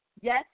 yes